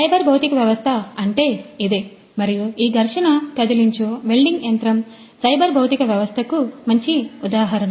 cyber భౌతిక వ్యవస్థ అంటే ఇదే మరియు ఈ ఘర్షణ కదిలించు వెల్డింగ్ యంత్రం సైబర్ భౌతిక వ్యవస్థకు మంచి ఉదాహరణ